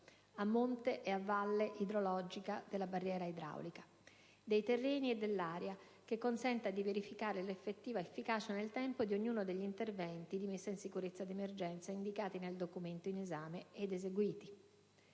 (a monte e a valle idrologica della barriera idraulica), dei terreni e dell'aria, che consenta di verificare l'effettiva efficacia nel tempo di ognuno degli interventi di messa in sicurezza d'emergenza indicati nel documento in esame ed eseguiti;